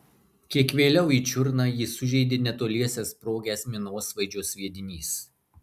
kiek vėliau į čiurną jį sužeidė netoliese sprogęs minosvaidžio sviedinys